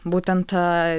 būtent tą